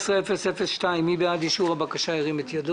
מי בעד בקשה מס' 17-002?